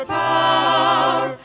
power